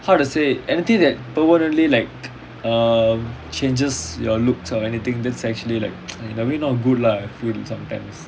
how to say anything that permanently like um changes your looks or anything that's actually like I mean not good lah I feel sometimes